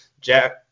Jack